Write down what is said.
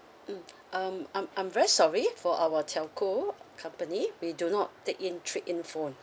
mm um I'm I'm very sorry for our telco company we do not take in trade in phone